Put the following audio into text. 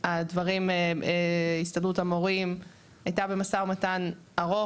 הסתדרות המורים היתה במו"מ ארוך,